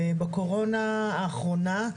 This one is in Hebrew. בקורונה האחרונה,